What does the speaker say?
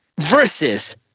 versus